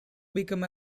became